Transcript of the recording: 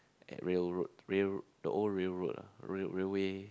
at Rail Road rail the old Rail Road ah rail railway